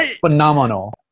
Phenomenal